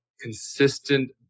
consistent